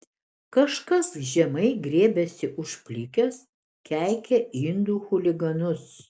kažkas žemai griebiasi už plikės keikia indų chuliganus